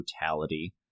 brutality